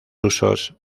usos